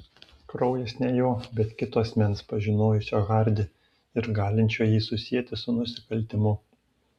kraujas ne jo bet kito asmens pažinojusio hardį ir galinčio jį susieti su nusikaltimu